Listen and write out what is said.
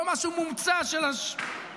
לא משהו מומצא של 70,